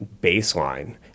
baseline